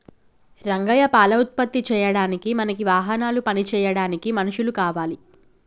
రంగయ్య పాల ఉత్పత్తి చేయడానికి మనకి వాహనాలు పని చేయడానికి మనుషులు కావాలి